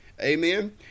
amen